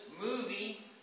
movie